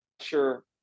sure